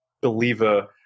believer